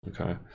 Okay